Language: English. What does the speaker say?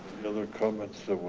other comments that